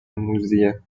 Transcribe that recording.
موذیه